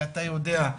ואתה יודע,